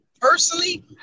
personally